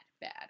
bad